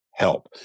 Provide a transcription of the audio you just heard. help